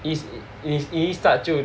is is 你一 start 就